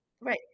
Right